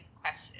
question